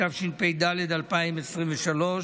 התשפ"ד 2023,